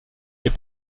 est